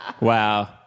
Wow